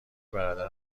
برادر